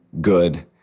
good